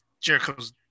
Jericho's